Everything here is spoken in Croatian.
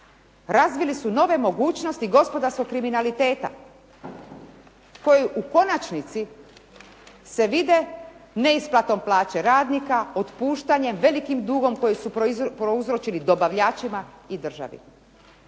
razvili su nove mogućnosti gospodarskog kriminaliteta koji u konačnici se vide neisplatom plaće radnika, otpuštanjem, velikim dugom koji su prouzročili dobavljačima i državi,